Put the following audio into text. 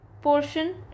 portion